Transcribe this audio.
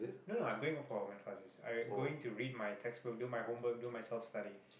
no no I'm going for all my classes I going to read my textbook do my homework do my self study